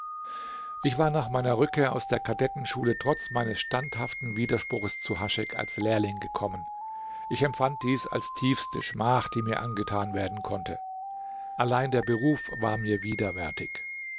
ich war nach meiner rückkehr aus der kadettenschule trotz meines standhaften widerspruches zu haschek als lehrling gekommen ich empfand dies als tiefste schmach die mir angetan werden konnte allein der beruf war mir widerwärtig